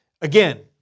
Again